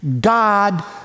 God